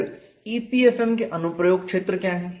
फिर EPFM के अनुप्रयोग क्षेत्र क्या हैं